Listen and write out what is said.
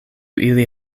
ili